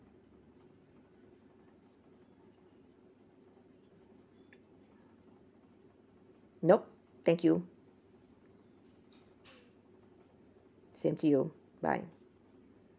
nope thank you same to you bye